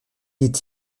est